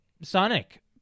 Sonic